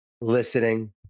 listening